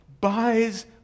buys